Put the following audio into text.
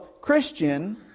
Christian